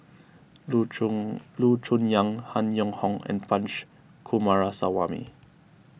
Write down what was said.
Loo Choon Yong Han Yong Hong and Punch Coomaraswamy